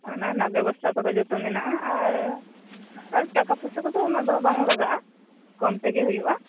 ᱟᱨ ᱚᱱᱟ ᱨᱮᱱᱟᱜ ᱵᱮᱵᱚᱥᱛᱟ ᱠᱚᱫᱚ ᱡᱚᱛᱚ ᱢᱮᱱᱟᱜᱼᱟ ᱟᱨ ᱴᱟᱠᱟ ᱯᱩᱭᱥᱟᱹ ᱠᱚᱫᱚ ᱩᱱᱟᱹᱜ ᱫᱚ ᱵᱟᱭ ᱞᱟᱜᱟᱜᱼᱟ ᱠᱚᱢ ᱛᱮᱜᱮ ᱦᱩᱭᱩᱜᱼᱟ